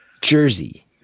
Jersey